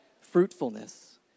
fruitfulness